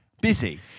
Busy